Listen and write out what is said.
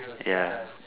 ya